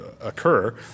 occur